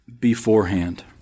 beforehand